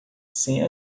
sem